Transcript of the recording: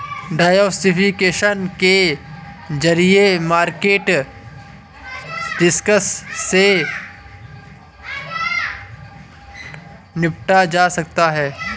diversification के जरिए market risk से निपटा जा सकता है